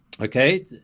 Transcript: Okay